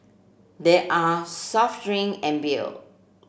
there are soft drink and beer